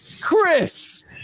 Chris